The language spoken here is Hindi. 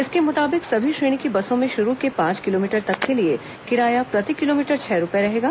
इसके मुताबिक सभी श्रेणी की बसों में श्रू के पांच किलोमीटर तक के लिए किराया प्रति किलोमीटर छह रूपये रहेगा